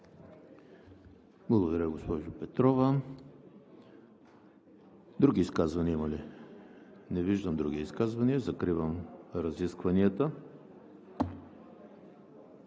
Благодаря, госпожо Петрова. Други изказвания има ли? Не виждам. Закривам разискванията.